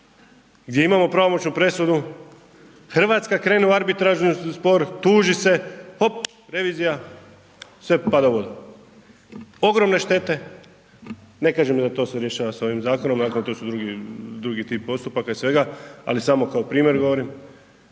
gdje imamo pravomoćnu presudu, Hrvatska krene u arbitražni spor, tuži se hop revizija, sve pada u vodu. Ogromne štete, ne kažem da to se rješava s ovim zakonom to su drugi tip postupaka i svega, ali samo kao primjer govorim,